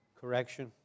correction